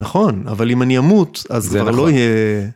נכון, אבל אם אני אמות, אז זה לא יהיה...